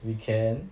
we can